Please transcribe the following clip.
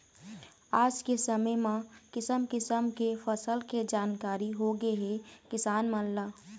आज के समे म किसम किसम के फसल के जानकारी होगे हे किसान मन ल